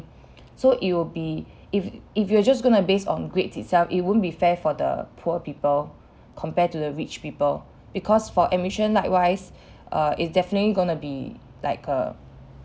so it'll be if if you are just going to base on grades itself it won't be fair for the poor people compared to the rich people because for admission likewise uh it's definitely gonna be like a